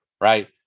right